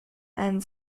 and